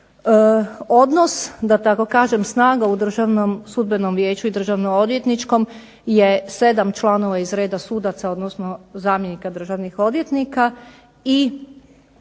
Odnos, da tako kažem, snaga u Državnom sudbenom vijeću i Državno odvjetničkom je 7 člana iz reda sudaca odnosno zamjenika državnih odvjetnika i